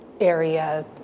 area